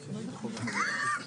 החולים.